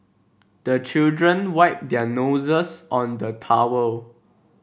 the children wipe their noses on the towel